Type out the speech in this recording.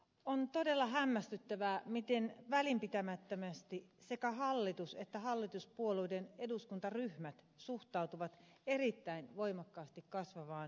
on todella hämmästyttävää miten välinpitämättömästi sekä hallitus että hallituspuolueiden eduskuntaryhmät suhtautuvat erittäin voimakkaasti kasvavaan työttömyyteen